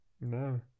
No